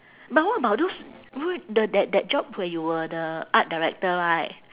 but what about those w~ the that that job where you were the art director right